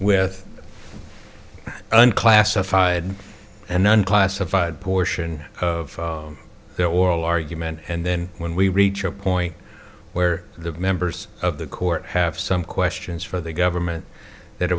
with an classified and unclassified portion of their oral argument and then when we reach a point where the members of the court have some questions for the government that